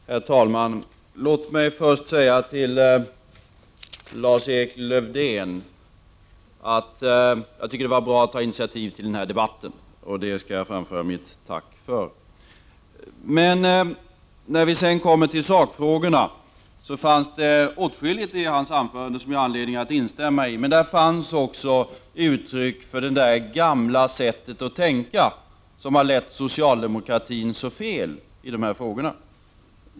Herr talman! Låt mig först säga till Lars-Erik Lövdén att jag tycker att det var bra att man tog initiativ till den här debatten. Det skall jag framföra mitt tack för. När vi sedan kom till sakfrågorna fanns det åtskilligt i hans anförande som jag har anledning att instämma i, men där fanns också uttryck för det där gamla sättet att tänka som har lett socialdemokratin så fel i de här frågorna.